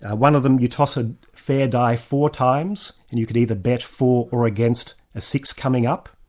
ah one of them you toss a fair die four times, and you could either bet for or against a six coming up.